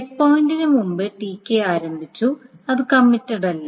check പോയിന്റിന് മുമ്പ് Tk ആരംഭിച്ചു അത് കമ്മിറ്റഡല്ല